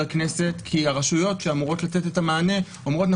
כנסת כי הרשויות שאמורות לתת את המענה אומרות,